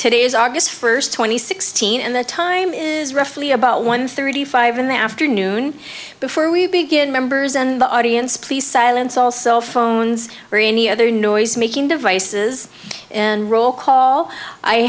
today is august first twenty sixteen and the time is roughly about one thirty five in the afternoon before we begin members in the audience please silence all cell phones or any other noise making devices and roll call i